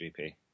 GP